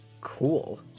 cool